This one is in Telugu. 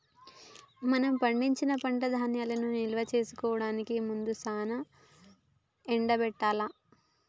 మనం పండించిన పంట ధాన్యాలను నిల్వ చేయడానికి ముందు సానా ఎండబెట్టాల్ల